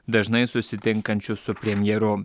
dažnai susitinkančiu su premjeru